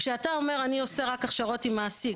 כשאתה אומר אני עושה רק הכשרות עם מעסיק